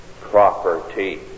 property